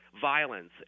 violence